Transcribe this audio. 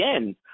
again